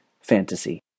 fantasy